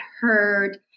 heard